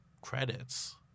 credits